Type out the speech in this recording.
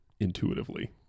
intuitively